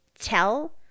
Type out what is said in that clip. tell